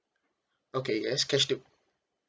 okay it has cash de~